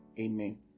Amen